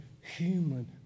human